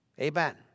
Amen